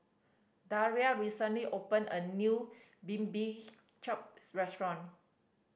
Daria recently opened a new restaurant